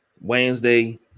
Wednesday